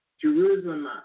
Jerusalem